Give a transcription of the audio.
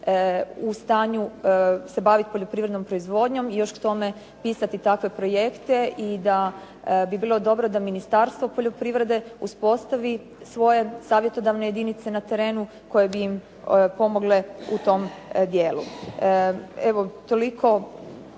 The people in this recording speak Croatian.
u stanju se baviti poljoprivrednom proizvodnjom i još k tome pisati takve projekte i da bi bilo dobro da Ministarstvo poljoprivrede uspostavi svoje savjetodavne jedinice na terenu koje bi im pomogle u tom dijelu.